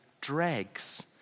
dregs